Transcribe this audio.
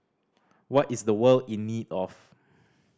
what is the world in need of